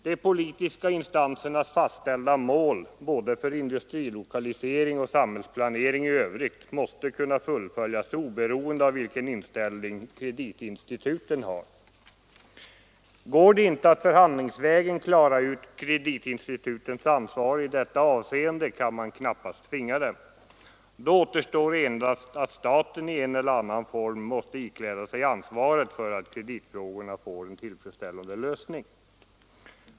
De politiska instansernas fastställda mål, både för industrilokalisering och samhällsplanering i övrigt, måste kunna fullföljas oberoende av vilken inställning kreditinstituten har. Går det inte att förhandlingsvägen klara ut kreditinstitutens ansvar i detta avseende kan man tvinga dem. Då återstår endast att staten i en eller annan form ikläder sig ansvaret för att kreditfrågorna får en tillfredsställande lösning.